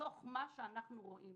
מתוך מה שאנחנו רואים